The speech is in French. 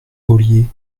ollier